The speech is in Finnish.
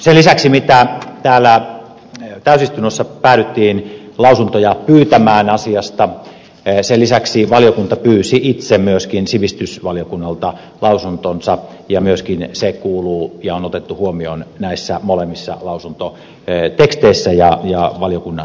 sen lisäksi mitä täällä täysistunnossa päädyttiin lausuntoja pyytämään asiasta valiokunta myöskin pyysi itse sivistysvaliokunnalta lausuntonsa ja myöskin se kuuluu ja on otettu huomioon näissä molemmissa lausuntoteksteissä ja valiokunnan mietinnöissä